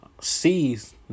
sees